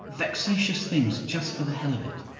vexatious things just for the hell of it.